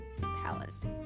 Palace